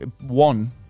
one